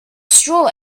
straw